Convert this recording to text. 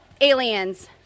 aliens